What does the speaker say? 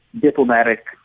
diplomatic